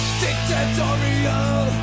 dictatorial